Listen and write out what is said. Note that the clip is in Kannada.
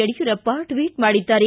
ಯಡಿಯೂರಪ್ಪ ಟ್ನೀಟ್ ಮಾಡಿದ್ಗಾರೆ